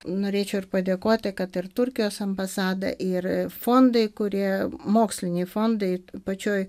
norėčiau ir padėkoti kad ir turkijos ambasada ir fondai kurie moksliniai fondai pačioj